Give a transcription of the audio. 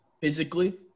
physically